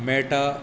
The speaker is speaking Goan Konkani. मेळटा